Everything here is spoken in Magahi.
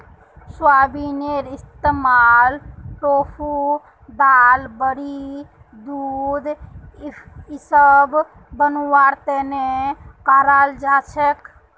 सोयाबीनेर इस्तमाल टोफू दाल बड़ी दूध इसब बनव्वार तने कराल जा छेक